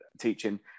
teaching